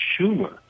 Schumer